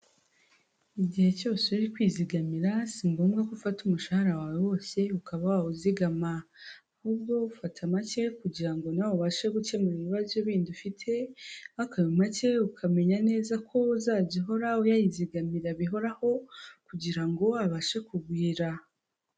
Igihe cyose uri kwizigamira si ngombwa ko ufata umushahara wawe wose ukaba wawuzigama, ahubwo ufata make kugira ngo nawe ubashe gukemura ibibazo bindi ufite, ariko ayo make ukamenya neza ko uzajya uhora uyayizigamira bihoraho kugira ngo abashe kugwira.